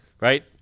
right